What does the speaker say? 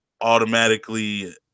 automatically